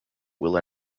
will